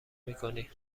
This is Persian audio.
میکنی